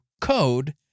code